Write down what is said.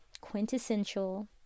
quintessential